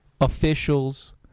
officials